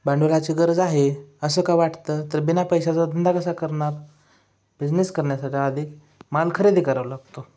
भांडवलाची गरज आहे असं का वाटतं तर बिना पैशाचा धंदा कसा करणार बिझनेस करण्यासाठी आधी माल खरेदी करावा लागतो